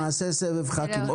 נעשה סבב ח"כים.